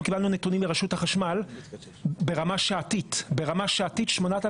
אנחנו קיבלנו נתונים מרשות החשמל ברמה שעתית 8,760